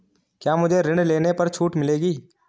क्या मुझे ऋण लेने पर छूट मिलेगी?